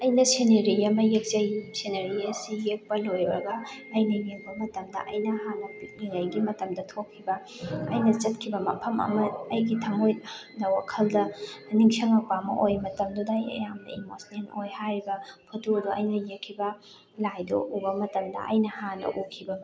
ꯑꯩꯅ ꯁꯤꯅꯦꯔꯤ ꯑꯃ ꯌꯦꯛꯆꯩ ꯁꯤꯅꯦꯔꯤ ꯑꯁꯤ ꯌꯦꯛꯄ ꯂꯣꯏꯕꯒ ꯑꯩꯅ ꯌꯦꯛꯄꯥ ꯃꯇꯝꯗ ꯑꯩꯅ ꯍꯥꯟꯅ ꯄꯤꯛꯂꯤꯉꯩꯒꯤ ꯃꯇꯝꯗ ꯊꯣꯛꯈꯤꯕ ꯑꯩꯅ ꯆꯠꯈꯤꯕ ꯃꯐꯝ ꯑꯃ ꯑꯩꯒꯤ ꯊꯝꯃꯣꯏꯗ ꯋꯥꯈꯜꯗ ꯅꯤꯡꯁꯪꯉꯛꯄ ꯑꯃ ꯑꯣꯏ ꯃꯇꯝꯗꯨꯗ ꯑꯩ ꯌꯥꯝꯅ ꯏꯝꯃꯣꯁꯅꯦꯜ ꯑꯣꯏ ꯍꯥꯏꯔꯤꯕ ꯐꯣꯇꯣꯗꯣ ꯑꯩꯅ ꯌꯦꯛꯈꯤꯕ ꯂꯥꯏꯗꯣ ꯎꯕ ꯃꯇꯝꯗ ꯑꯩꯅ ꯍꯥꯟꯅ ꯎꯈꯤꯕ